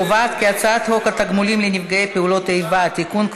ההצעה להעביר את הצעת חוק התגמולים לנפגעי פעולות איבה (תיקון,